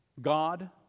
God